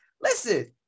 listen